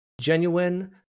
genuine